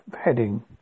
heading